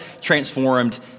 transformed